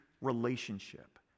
relationship